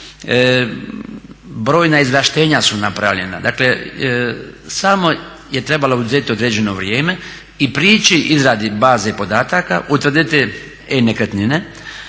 Brojna izvlaštenja su napravljena, dakle samo je trebalo uzeti određeno vrijeme i prići izradi baze podataka, utvrditi e-nekretnine,